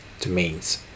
domains